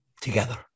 together